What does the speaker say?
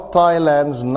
Thailand's